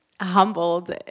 humbled